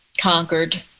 conquered